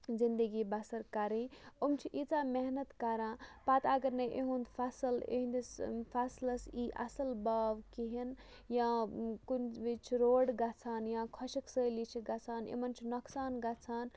زِندگی بَسر کَرٕنۍ أمۍ چھِ ییٖژھ محنت کران پَتہٕ اَگرنَے یِہُند فَصٕل اِہندِس فَصلَس اِی اَصٕل باو کِہیٖنۍ یا کُنہِ وِزِ چھُ روڈ گژھان یا خۄشٕکۍ سٲلی چھِ گژھان یِمن چھُ نۄقصان گژھان